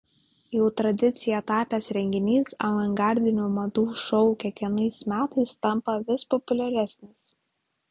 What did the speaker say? jau tradicija tapęs renginys avangardinių madų šou kiekvienais metais tampa vis populiaresnis